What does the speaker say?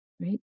right